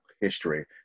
history